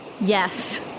yes